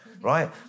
right